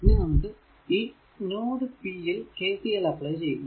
ഇനി നമുക്ക് ഈ നോഡ് p യിൽ KCL അപ്ലൈ ചെയ്യുക